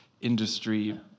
industry